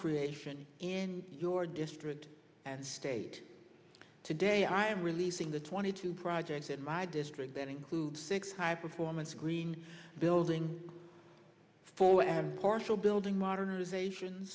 creation in your district and state today i am releasing the twenty two projects in my district that includes six high performance green building four and partial building modernization